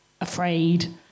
afraid